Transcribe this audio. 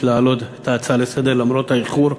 להעלות את ההצעה לסדר-היום למרות האיחור,